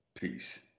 Peace